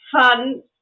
fun